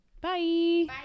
Bye